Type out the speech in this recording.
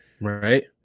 Right